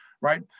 right